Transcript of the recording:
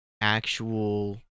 actual